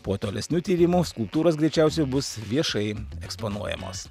po tolesnių tyrimų skulptūros greičiausiai bus viešai eksponuojamos